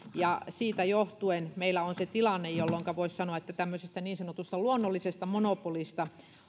ja siitä johtuen meillä on se tilanne jolloinka voisi sanoa että tämmöisestä niin sanotusta luonnollisesta monopolista